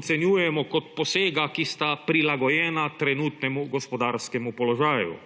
ocenjujemo kot posega, ki sta prilagojena trenutnemu gospodarskemu položaju.